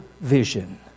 vision